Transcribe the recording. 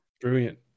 Brilliant